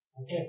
Okay